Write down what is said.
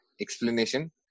explanation